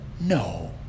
No